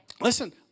Listen